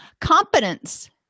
Competence